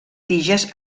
tiges